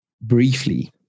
briefly